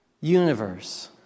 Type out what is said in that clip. Universe